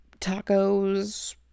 tacos